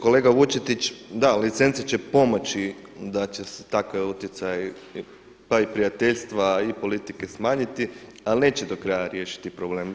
Kolega Vučetić da licence će pomoći da će se takvi utjecaji, pa i prijateljstva i politike smanjiti, ali neće do kraja riješiti problem.